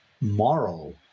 moral